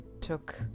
took